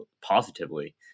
positively